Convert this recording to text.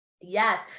Yes